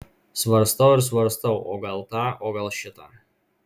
svarstau ir svarstau o gal tą o gal šitą